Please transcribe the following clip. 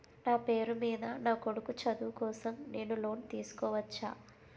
నా పేరు మీద నా కొడుకు చదువు కోసం నేను లోన్ తీసుకోవచ్చా?